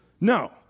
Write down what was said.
No